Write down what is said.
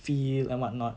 feel and what not